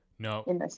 No